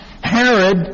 Herod